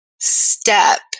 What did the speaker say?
step